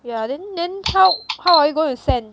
yeah then then how how are you going to send